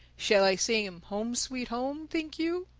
shall i sing him home sweet home think you?